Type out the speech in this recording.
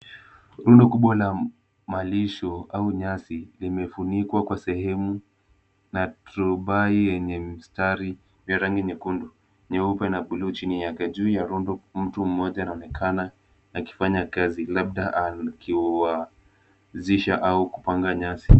Rundo kubwa la maalisho au nyasi, limefunikwa kwa sehemu na turubai yenye mistari, vya rangi nyekundu nyeupe na buluu chini ya kaju ya rundo mtu mmoja anaonekana akifanya kazi labda alikiwa zisha au kupanga nyasi.